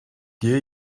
gehe